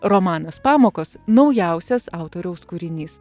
romanas pamokos naujausias autoriaus kūrinys